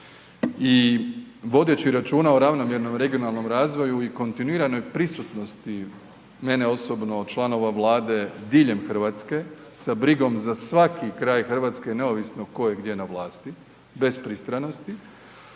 I vodeći računa o ravnomjernom regionalnom razvoju i kontinuiranoj prisutnosti mene osobno, članova Vlade diljem Hrvatske sa brigom za svaki kraj Hrvatske neovisno ko je gdje na vlasti, bez pristranosti,